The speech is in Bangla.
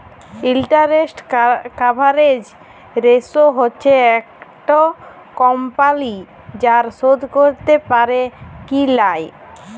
ইলটারেস্ট কাভারেজ রেসো হচ্যে একট কমপালি ধার শোধ ক্যরতে প্যারে কি লায়